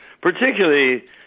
Particularly